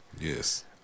Yes